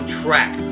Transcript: track